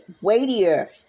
weightier